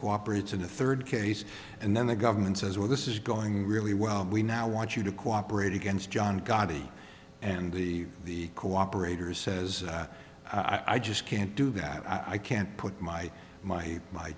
cooperate in the third case and then the government says well this is going really well we now want you to cooperate against john gotti and the the cooperators says i just can't do that i can't put my my my